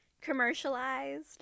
commercialized